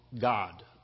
God